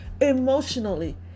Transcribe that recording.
emotionally